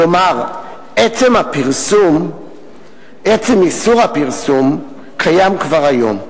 כלומר, עצם איסור הפרסום קיים כבר היום.